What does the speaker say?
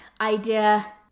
idea